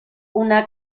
una